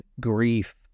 grief